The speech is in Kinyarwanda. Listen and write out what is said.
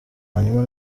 hanyuma